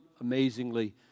amazingly